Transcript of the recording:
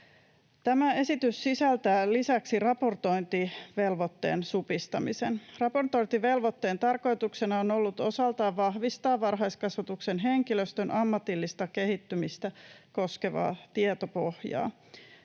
Tämä esitys sisältää lisäksi raportointivelvoitteen supistamisen. Raportointivelvoitteen tarkoituksena on ollut osaltaan vahvistaa varhaiskasvatuksen henkilöstön ammatillista kehittymistä koskevaa tietopohjaa.